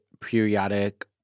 periodic